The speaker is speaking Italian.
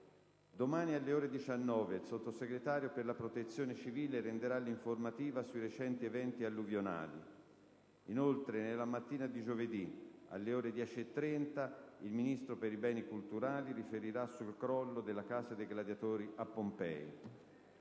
domani alle ore 19, il Sottosegretario per la Protezione civile renderà un'informativa sui recenti eventi alluvionali; inoltre, nella mattina di giovedì, alle ore 10,30, il Ministro per i beni e le attività culturali riferirà sul crollo della Casa dei gladiatori a Pompei.